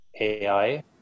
AI